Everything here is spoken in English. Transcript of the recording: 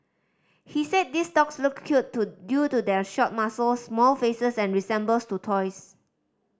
he said these dogs look cute to due to their short muzzles small faces and to toys